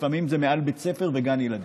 לפעמים זה מעל בית ספר וגן ילדים,